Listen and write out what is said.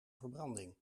verbranding